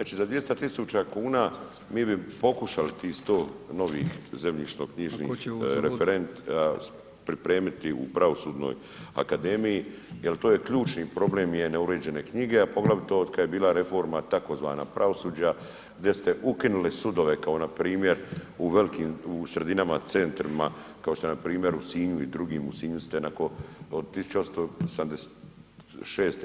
Znači za 200 tisuća kuna mi bi pokušali tih 100 novih zemljišno knjižnih referenata pripremiti u Pravosudnoj akademiji jer to je ključni problem je neuređene knjige a poglavito od kada je bila reforma tzv. pravosuđa gdje ste ukinuli sudove kao npr. u velikim, u sredinama, centrima kao što je npr. u Sinju i drugim, u Sinju ste od 1876.